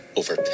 over